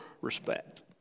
respect